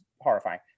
horrifying